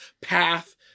path